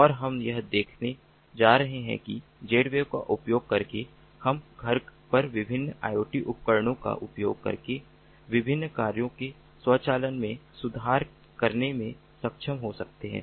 और हम यह देखने जा रहे हैं कि Zwave का उपयोग करके हम घर पर विभिन्न IoT उपकरणों का उपयोग करके विभिन्न कार्यों के स्वचालन में सुधार करने में सक्षम हो सकते हैं